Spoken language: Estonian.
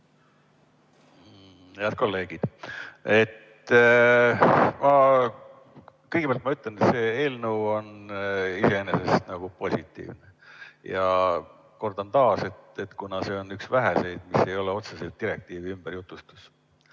Head kolleegid! Kõigepealt ma ütlen, et see eelnõu on iseenesest nagu positiivne, ja kordan taas, et see on üks väheseid, mis ei ole otseselt direktiivi ümberjutustus.